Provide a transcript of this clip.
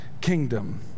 kingdom